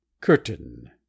Curtain